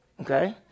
Okay